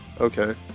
Okay